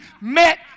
met